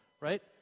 right